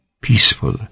peaceful